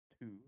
two